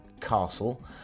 Castle